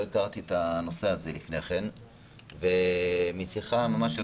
לא הכרתי את הנושא הזה לפני כן ומשיחה ממש של